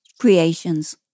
creations